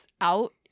out